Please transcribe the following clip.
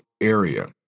area